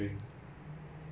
use my phone